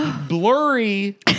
blurry